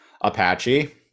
Apache